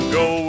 go